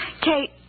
Kate